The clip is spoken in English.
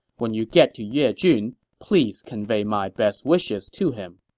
when you get to yejun, please convey my best wishes to him.